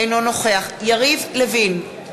אינו נוכח יריב לוין,